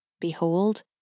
Behold